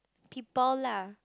people lah